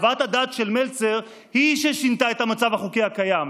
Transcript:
חוות הדעת של מלצר היא ששינתה את המצב החוקי הקיים,